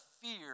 fear